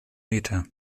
meter